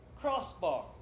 crossbar